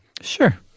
Sure